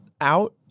out